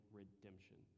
redemption